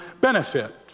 benefit